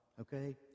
okay